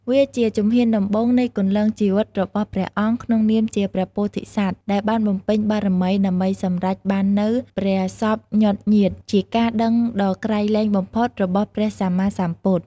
វាជាជំហានដំបូងនៃគន្លងជីវិតរបស់ព្រះអង្គក្នុងនាមជាព្រះពោធិសត្វ ដែលបានបំពេញបារមីដើម្បីសម្រេចនូវព្រះសព្វញុតញ្ញាណ ជាការដឹងដ៏ក្រៃលែងបំផុតរបស់ព្រះសម្មាសម្ពុទ្ធ។